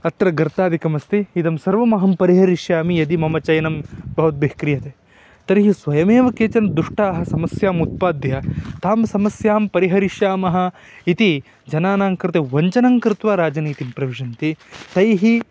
अत्र गर्तादिकम् अस्ति इदं सर्वमहं परिहरिष्यामि यदि मम चयनं भवद्भिः क्रियते तर्हि स्वयमेव केचन दुष्टाः समस्यामुत्पाद्य तां समस्यां परिहरिष्यामः इति जनानां कृते वञ्चनं कृत्वा राजनीतिं प्रविशन्ति तैः